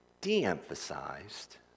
de-emphasized